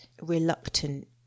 reluctant